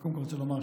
קודם כול רוצה לומר,